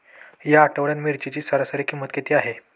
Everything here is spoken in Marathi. या आठवड्यात मिरचीची सरासरी किंमत किती आहे?